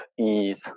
ease